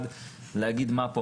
מסגרות קטנות?